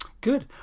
Good